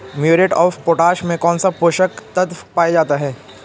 Muriate of potash में कौन सा पोषक तत्व पाया जाता है?